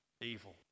evil